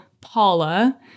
Paula